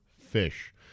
fish